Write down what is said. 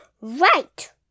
Right